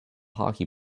hockey